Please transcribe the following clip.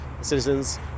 citizens